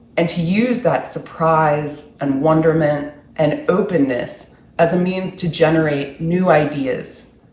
and to use that surprise and wonderment and openness as a means to generate new ideas,